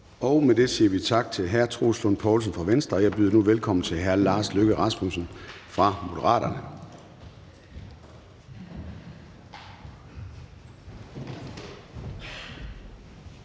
Med det siger vi tak til hr. Troels Lund Poulsen fra Venstre. Jeg byder nu velkommen til hr. Lars Løkke Rasmussen fra Moderaterne.